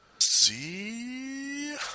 see